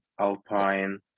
alpine